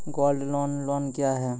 Gold loan loan क्या हैं?